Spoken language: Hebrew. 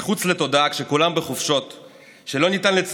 מחוץ לתודעה,